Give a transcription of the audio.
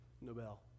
Nobel